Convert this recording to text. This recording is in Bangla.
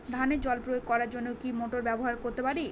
ধানে জল প্রয়োগ করার জন্য কি মোটর ব্যবহার করতে পারি?